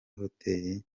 hotel